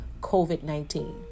COVID-19